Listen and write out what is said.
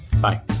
Bye